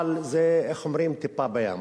אבל זה טיפה בים.